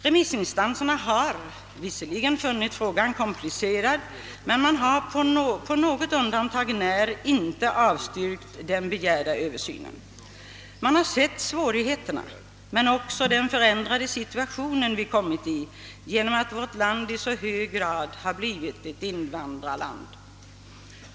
Remissinstanserna har visserligen funnit frågan komplicerad, men man har på något undantag när inte avstyrkt den begärda översynen. Man har sett svårigheterna men också den förändrade situation vi kommit i genom att vårt land i så hög grad har blivit ett invandrarland.